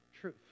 truth